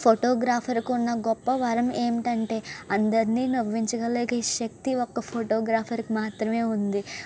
ఫోటోగ్రాఫర్కి ఉన్న గొప్ప వరం ఏమిటంటే అందరిని నవ్వించగలిగే శక్తి ఒక ఫోటోగ్రాఫర్కి మాత్రమే ఉంది